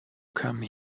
come